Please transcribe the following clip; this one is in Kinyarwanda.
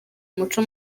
umuco